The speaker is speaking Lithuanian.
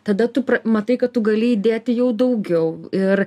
tada tu matai kad tu gali įdėti jau daugiau ir